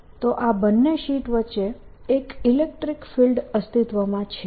તો આ બંને શીટ વચ્ચે એક ઇલેક્ટ્રીક ફિલ્ડ અસ્તિત્વમાં છે